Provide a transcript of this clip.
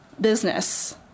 business